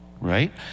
right